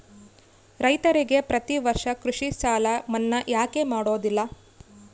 ರೈತರಿಗೆ ಪ್ರತಿ ವರ್ಷ ಕೃಷಿ ಸಾಲ ಮನ್ನಾ ಯಾಕೆ ಮಾಡೋದಿಲ್ಲ?